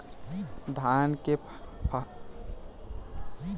धान के फसल के कटाई कौन सा ट्रैक्टर से करी?